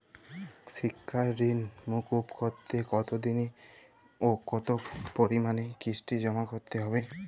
শিক্ষার ঋণ মুকুব করতে কতোদিনে ও কতো পরিমাণে কিস্তি জমা করতে হবে?